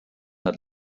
hat